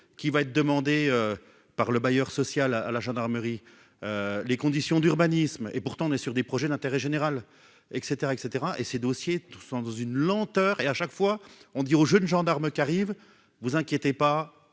qui va être demandées par le bailleur social à la gendarmerie, les conditions d'urbanisme et pourtant on est sur des projets d'intérêt général et cetera, et cetera et ses dossiers tout sans une lenteur et à chaque fois on dit aux jeunes gendarmes qui arrivent, vous inquiétez pas,